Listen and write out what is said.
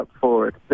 forward